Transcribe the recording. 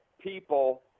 people